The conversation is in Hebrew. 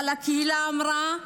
אבל הקהילה אמרה: